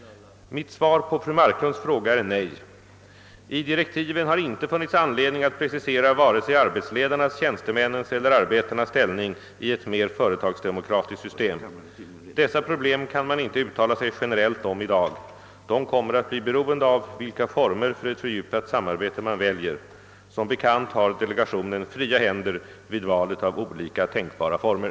Mitt svar på fru Marklunds fråga är nej. I direktiven har inte funnits anledning att precisera vare sig arbetsledarnas, tjänstemännens eller arbetarnas ställning i ett mer företagsdemokratiskt system. Dessa problem kan man inte ut tala sig generellt om i dag. De kommer att bli beroende av vilka former för ett fördjupat samarbete man väljer. Som bekant har delegationen fria händer vid valet av olika tänkbara former.